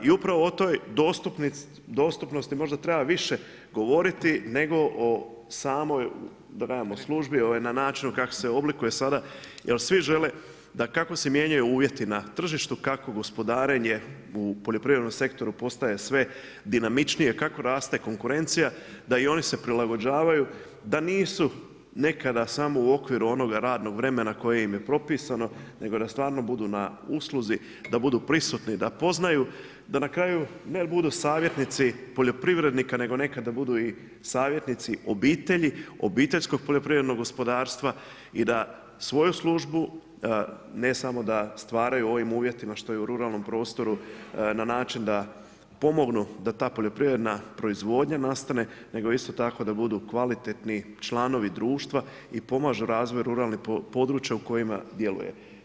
I upravo o toj dostupnosti možda treba više govoriti nego o samoj službi na način kako se oblikuje sada jel svi žele da kako se mijenjaju uvjeti na tržištu, kako gospodarenje u poljoprivrednom sektoru postaje sve dinamičnije, kako raste konkurencija da i oni se prilagođavaju, da nisu nekada smo u okviru onog radnog vremena koje im je propisano nego da stvarno budu na usluzi, da budu prisutni da poznaju, da na kraju ne budu savjetnici poljoprivrednika nego nekada da budu u savjetnici obitelji, OPG-a i da svoju službu ne samo da stvaraju u ovim uvjetima što je u ruralnom prostoru na način da pomognu da ta poljoprivredna proizvodnja nastane nego isto tako da budu kvalitetni članovi društva i pomažu razvoja ruralnih područja u kojima djeluje.